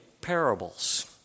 parables